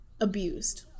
abused